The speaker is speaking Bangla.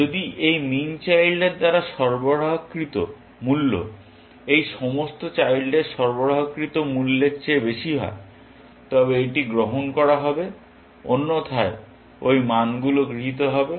যদি এই মিন চাইল্ডের দ্বারা সরবরাহকৃত মূল্য এই সমস্ত চাইল্ডের সরবরাহকৃত মূল্যের চেয়ে বেশি হয় তবে এটি গ্রহণ করা হবে অন্যথায় ঐ মানগুলো গৃহীত হবে